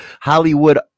Hollywood